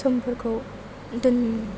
समफोरखौ